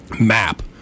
map